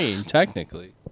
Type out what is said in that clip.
technically